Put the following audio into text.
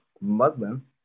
Muslim